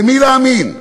למי להאמין?